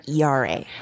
ERA